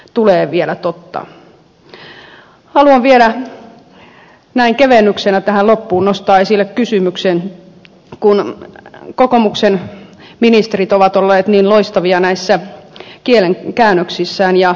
haluan vielä näin kevennyksenä tähän loppuun nostaa esille kysymyksen kun kokoomuksen ministerit ovat olleet niin loistavia näissä kielenkäännöksissään